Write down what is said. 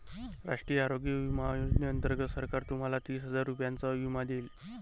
राष्ट्रीय आरोग्य विमा योजनेअंतर्गत सरकार तुम्हाला तीस हजार रुपयांचा विमा देईल